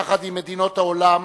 יחד עם מדינות העולם,